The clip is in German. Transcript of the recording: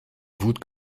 wut